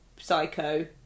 psycho